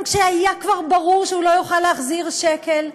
גם כשהיה כבר ברור שהוא לא יוכל להחזיר שקל,